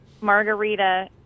margarita